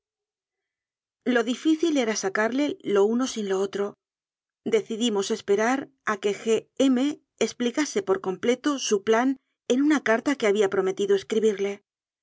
lo difícil era sacarle lo uno sin lo otro deci dimos esperar a que g m explicase por completo su plan en una carta que había prome tido escribirle